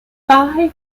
five